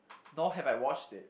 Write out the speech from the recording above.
nor have I watched it